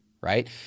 right